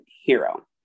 hero